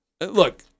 Look